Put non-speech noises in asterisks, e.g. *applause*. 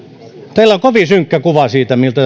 teillä on kovin synkkä kuva siitä miltä *unintelligible*